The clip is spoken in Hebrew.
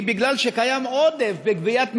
היא משום שיש עודף בגביית מסים.